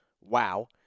Wow